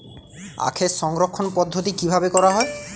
আখের সংরক্ষণ পদ্ধতি কিভাবে করা হয়?